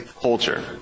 culture